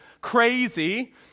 crazy